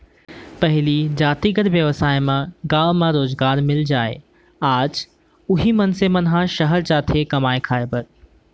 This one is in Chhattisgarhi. पहिली जातिगत बेवसाय म गाँव म रोजगार मिल जाय आज उही मनसे मन ह सहर जाथे कमाए खाए बर